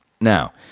Now